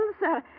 sir